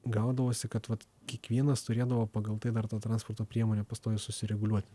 gaudavosi kad vat kiekvienas turėdavo pagal tai dar tą transporto priemonę pastoviai susireguliuoti